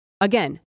Again